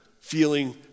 feeling